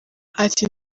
ati